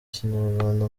kinyarwanda